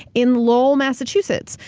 in lowell, massachusetts,